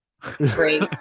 great